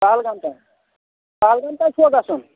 پَہَلگام تانۍ پَہَلگام تانۍ چھُوا گژھُن